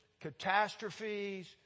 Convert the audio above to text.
catastrophes